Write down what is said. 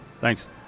Thanks